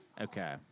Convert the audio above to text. Okay